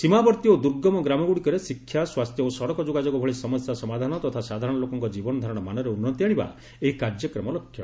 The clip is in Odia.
ସୀମାବର୍ତ୍ତୀ ଓ ଦୁର୍ଗମ ଗ୍ରାମଗୁଡ଼ିକରେ ଶିକ୍ଷା ସ୍ୱାସ୍ଥ୍ୟ ଓ ସଡ଼କ ଯୋଗାଯୋଗ ଭଳି ସମସ୍ୟା ସମାଧାନ ତଥା ସାଧାରଣ ଲୋକଙ୍କ ଜୀବନ ଧାରଣ ମାନରେ ଉନ୍ନତି ଆଣିବା ଏହି କାର୍ଯ୍ୟକ୍ରମର ଲକ୍ଷ୍ୟ